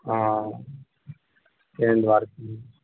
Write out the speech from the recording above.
हाँ एहि दुआरे की